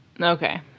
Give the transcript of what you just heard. Okay